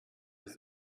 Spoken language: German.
ist